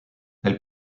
elle